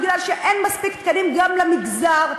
מפני שאין מספיק תקנים גם למגזר,